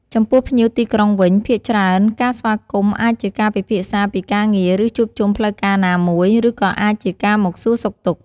ចំពោះភ្ញៀវទីក្រុងវិញ ភាគច្រើនការស្វាគមន៍អាចជាការពិភាក្សាពីការងារ ឬជួបជុំផ្លូវការណាមួយ ឬក៏អាចជាការមកសួរសុខទុក្ខ។